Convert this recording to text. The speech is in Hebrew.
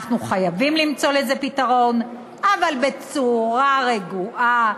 אנחנו חייבים למצוא לזה פתרון, אבל בצורה רגועה,